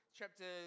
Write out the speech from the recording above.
chapter